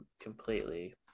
completely